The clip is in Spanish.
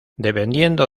dependiendo